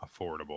affordable